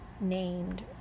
named